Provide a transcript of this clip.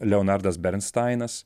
leonardas bernstainas